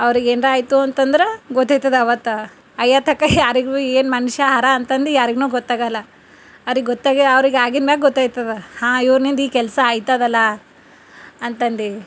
ಅವರಿಗೆ ಏನರ ಆಯಿತು ಅಂತಂದ್ರೆ ಗೊತ್ತಾಯ್ತದ ಅವತ್ತು ಅಯ್ಯ ತಕ್ಕ ಯಾರಿಗೆ ಬಿ ಏನು ಮನುಷ್ಯಾ ಹರ ಅಂತಂದು ಯಾರಿಗು ಗೊತ್ತಾಗಲ್ಲ ಅವ್ರಿಗೆ ಗೊತ್ತಾಗಿ ಅವರಿಗೆ ಆಗಿದಮ್ಯಾಗ್ ಗೊತ್ತಾಯ್ತದ ಹಾಂ ಇವ್ರಿಂದ್ ಈ ಕೆಲಸ ಆಯ್ತದಲ್ಲ ಅಂತಂದು